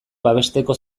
babesteko